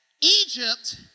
Egypt